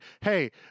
hey